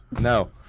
No